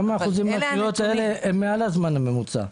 כמה אחוזים מהסטיות האלה, הם מעל לזמן הממוצע?